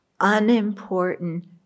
unimportant